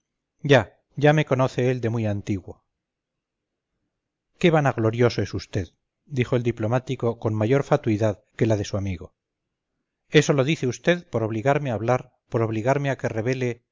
ya ya me conoce él de muy antiguo qué vanaglorioso es vd dijo el diplomático con mayor fatuidad que la de su amigo eso lo dice usted por obligarme a hablar por obligarme a que revele